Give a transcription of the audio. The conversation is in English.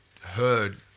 heard